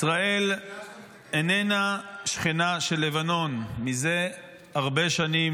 ישראל איננה שכנה של לבנון מזה הרבה שנים,